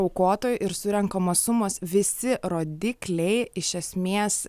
aukotojų ir surenkamos sumos visi rodikliai iš esmės